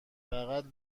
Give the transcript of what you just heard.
فقط